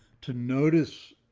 to notice,